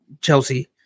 Chelsea